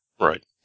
Right